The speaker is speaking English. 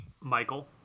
Michael